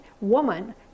woman